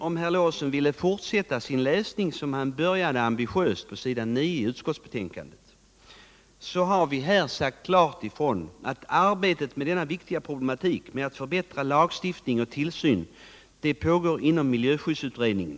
Om herr Lorentzon ville fortsätta den läsning som han ambitiöst började på s. 9 i utskottsbetänkandet skulle han finna att vi klart sagt ifrån att arbetet med att förbättra lagstiftning och tillsyn på detta viktiga område pågår inom miljöskyddsutredningen.